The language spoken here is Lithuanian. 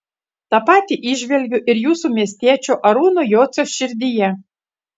tą patį įžvelgiu ir jūsų miestiečio arūno jocio širdyje